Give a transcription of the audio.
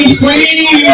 free